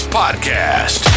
podcast